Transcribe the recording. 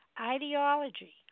ideology